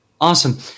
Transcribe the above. awesome